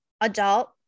adult